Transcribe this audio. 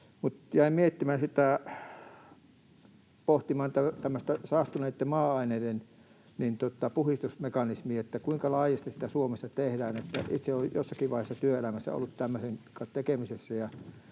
Jäin pohtimaan tämmöisten saastuneitten maa-aineiden puhdistusmekanismia ja sitä, kuinka laajasti sitä Suomessa tehdään. Itse olen jossakin vaiheessa työelämässä ollut tämmöisen kanssa tekemisessä,